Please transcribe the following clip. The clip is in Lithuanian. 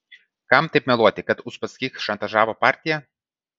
kam taip meluoti kad uspaskich šantažavo partiją